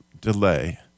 delay